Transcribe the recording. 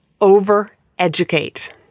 over-educate